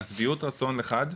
השביעות רצון מחד.